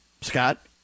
Scott